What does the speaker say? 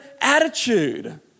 attitude